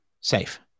safe